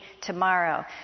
tomorrow